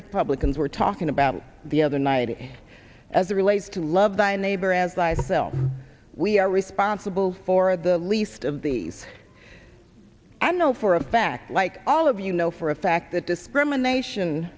republicans were talking about the other night as it relates to love thy neighbor as thyself we are responsible for the least of these i know for a fact like all of you know for a fact that discrimination